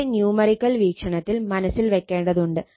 ഇത് ന്യൂമറിക്കൽ വീക്ഷണത്തിൽ മനസ്സിൽ വെക്കേണ്ടതുണ്ട്